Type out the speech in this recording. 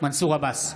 מנסור עבאס,